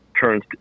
turns